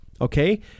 okay